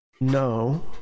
no